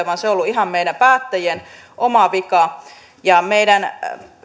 vaan se on ollut ihan meidän päättäjien oma vika meidän